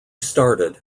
started